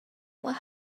what